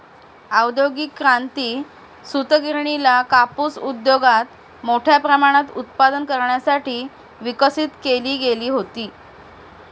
औद्योगिक क्रांती, सूतगिरणीला कापूस उद्योगात मोठ्या प्रमाणात उत्पादन करण्यासाठी विकसित केली गेली होती